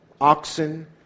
oxen